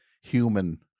human